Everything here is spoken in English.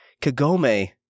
Kagome